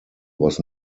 was